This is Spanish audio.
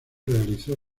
realizó